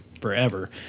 forever